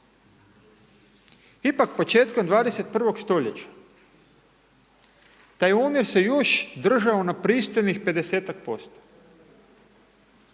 Ipak, početkom 21. st. taj omjer se još držao na pristojnih 50%.